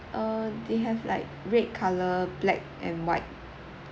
err they have like red colour black and white